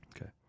okay